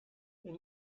elle